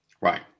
Right